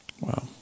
Wow